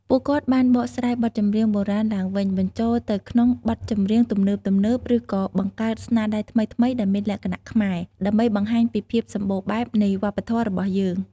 ពួកគាត់បានបកស្រាយបទចម្រៀងបុរាណឡើងវិញ បញ្ចូលទៅក្នុងបទចម្រៀងទំនើបៗ ឬក៏បង្កើតស្នាដៃថ្មីៗដែលមានលក្ខណៈខ្មែរ ដើម្បីបង្ហាញពីភាពសម្បូរបែបនៃវប្បធម៌របស់យើង។